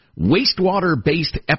Wastewater-based